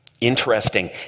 Interesting